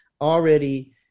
already